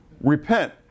repent